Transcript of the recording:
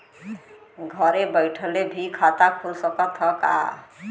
घरे बइठले भी खाता खुल सकत ह का?